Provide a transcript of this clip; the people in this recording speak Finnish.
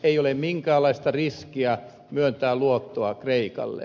ei ole minkäänlaista riskiä myöntää luottoa kreikalle